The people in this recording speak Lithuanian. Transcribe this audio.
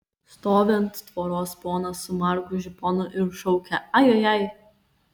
stovi ant tvoros ponas su margu žiponu ir šaukia ajajai